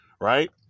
right